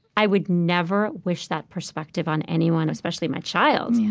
i would never wish that perspective on anyone, especially my child.